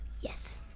yes